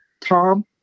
Tom